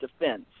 defense